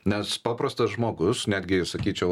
nes paprastas žmogus netgi sakyčiau